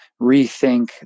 rethink